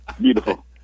Beautiful